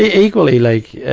equally, like,